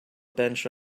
bench